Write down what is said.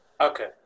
Okay